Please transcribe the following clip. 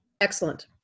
excellent